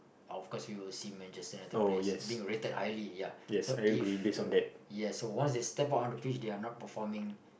of course we will see Manchester-United players being rated highly ya so if o~ yes so once they step out on the pitch they are not performing